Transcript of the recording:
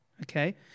Okay